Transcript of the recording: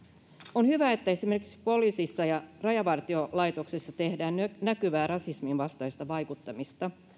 on hyvä että esimerkiksi poliisissa ja rajavartiolaitoksessa tehdään näkyvää rasisminvastaista vaikuttamista